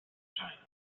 china